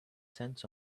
cents